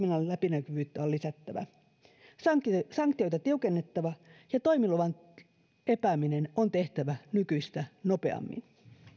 läpinäkyvyyttä on lisättävä sanktioita tiukennettava ja toimiluvan epääminen on tehtävä nykyistä nopeammin